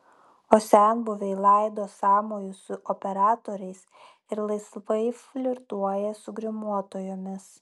o senbuviai laido sąmojus su operatoriais ir laisvai flirtuoja su grimuotojomis